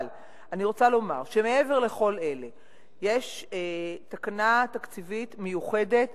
אבל אני רוצה לומר שמעבר לכל אלה יש תקנה תקציבית מיוחדת